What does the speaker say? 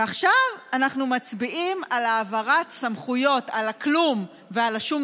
ועכשיו אנחנו מצביעים על העברת סמכויות על הכלום ועל השום